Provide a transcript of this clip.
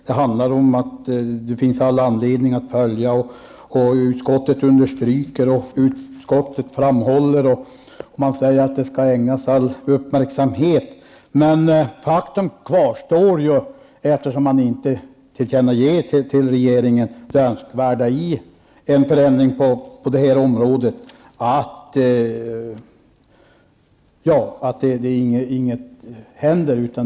Det handlar om att det finns all anledning att följa, utskottet understryker, utskottet framhåller och utskottet säger att det skall ägnas all uppmärksamhet, men faktum kvarstår att man inte tillkännager till regeringen det önskvärda i en förändring på det här området. Det händer ju ingenting.